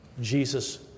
Jesus